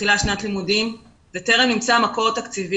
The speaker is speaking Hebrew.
מתחילה שנת הלימודים וטרם נמצא מקור תקציבי